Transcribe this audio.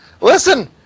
Listen